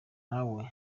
nawe